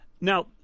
Now